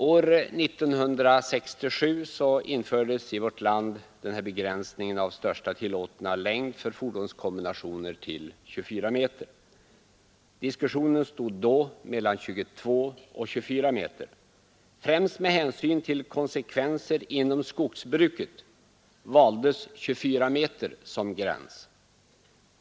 År 1967 infördes i vårt land en begränsning av den tillåtna längden för fordonskombinationer till 24 meter. Diskussionen stod då mellan 22 och 24 meter. Främst med hänsyn till konsekvenser inom skogsbruket valdes 24 meter som gräns.